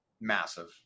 Massive